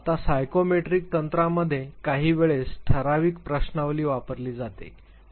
आता सायकोमेट्रिक तंत्रामध्ये काही वेळेस ठरावीक प्रश्नावली वापरली जाते